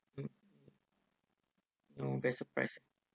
mm no best surprise